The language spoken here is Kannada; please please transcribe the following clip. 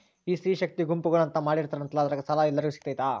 ಈ ಸ್ತ್ರೇ ಶಕ್ತಿ ಗುಂಪುಗಳು ಅಂತ ಮಾಡಿರ್ತಾರಂತಲ ಅದ್ರಾಗ ಸಾಲ ಎಲ್ಲರಿಗೂ ಸಿಗತೈತಾ?